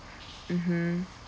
mmhmm